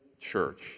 church